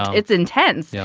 it's intense. yeah